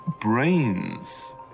brains